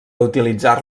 utilitzar